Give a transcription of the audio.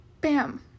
bam